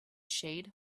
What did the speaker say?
shade